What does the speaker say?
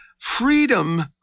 Freedom